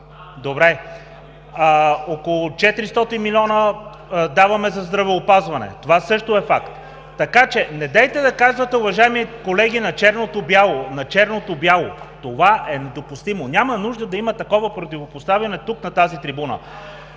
Добре. Около 400 милиона даваме за здравеопазване. Това също е факт. Така че недейте да казвате, уважаеми колеги, на черното бяло! Това е недопустимо! Няма нужда да има такова противопоставяне тук, на тази трибуна.